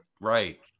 Right